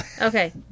Okay